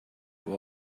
have